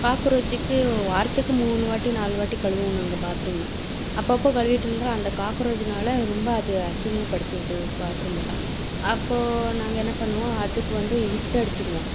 காக்ரோச்சுக்கு வாரத்துக்கு மூணு வாட்டி நாலு வாட்டி கழுவுவோம் நாங்கள் பாத்ரூமு அப்பப்போ கழுவிட்டு இருந்தாலும் அந்த காக்குரோஜுனால ரொம்ப அது அசிங்கபடுத்திடுது பாத்ரூமெல்லாம் அப்போது நாங்கள் என்ன பண்ணுவோம் அதுக்கு வந்து ஹிட் அடிச்சிடுவோம்